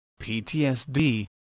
PTSD